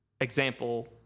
example